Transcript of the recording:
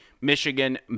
Michigan